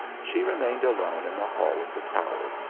she remained alone in the hall of the tower,